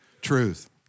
Truth